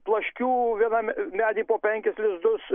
plaškių viename medy po penkis lizdus